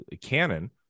canon